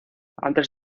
antes